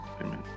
Amen